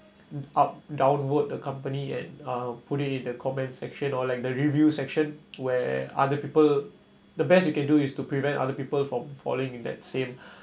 up downward a company and um put it in the comment section or like the review section where other people the best you can do is to prevent other people from falling in that same